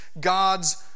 God's